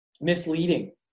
misleading